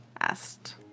asked